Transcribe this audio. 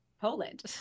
Poland